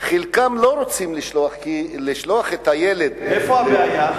שחלק מההורים לא רוצים לשלוח את הילד, איפה הבעיה?